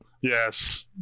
Yes